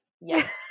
yes